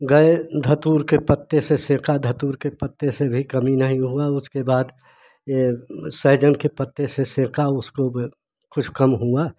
गए धथुर के पत्ते से सेका धथुर के पत्ते से भी कमी नहीं हुआ उसके बाद ये सेजन के पत्ते से सेका उसको कुछ कम हुआ